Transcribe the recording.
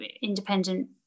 independent